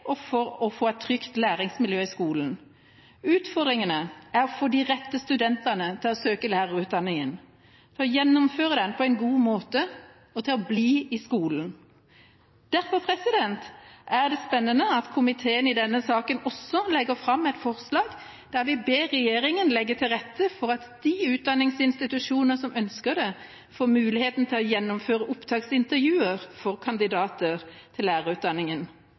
og for å få et trygt læringsmiljø i skolen. Utfordringa er å få de rette studentene til å søke seg til lærerutdanninga, gjennomføre den på en god måte og til å bli i skolen. Derfor er det spennende at komiteen i denne saken også legger fram et forslag til vedtak der vi ber regjeringa legge til rette for at de utdanningsinstitusjoner som ønsker det, får muligheten til å gjennomføre opptaksintervjuer for kandidater til